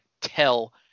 tell